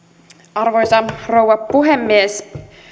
arvoisa rouva puhemies